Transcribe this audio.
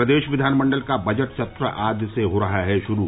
प्रदेश विधानमंडल का बजट सत्र आज से हो रहा है शुरू